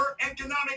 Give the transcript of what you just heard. economic